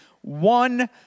one